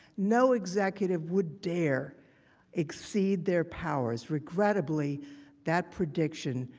no executive would dare exceed their powers. regrettably that prediction.